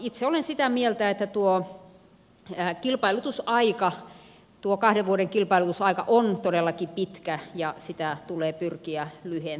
itse olen sitä mieltä että tuo kahden vuoden kilpailutusaika on todellakin pitkä ja sitä tulee pyrkiä lyhentämään